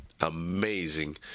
amazing